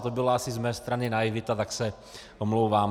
To byla asi z mé strany naivita, tak se omlouvám.